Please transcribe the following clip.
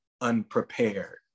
unprepared